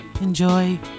enjoy